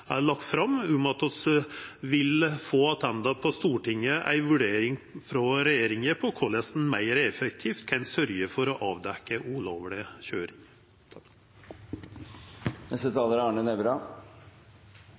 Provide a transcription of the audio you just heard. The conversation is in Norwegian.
lagt fram, om at vi vil få attende til oss på Stortinget, ei vurdering frå regjeringa om korleis ein meir effektivt kan sørgja for å avdekkja ulovleg køyring.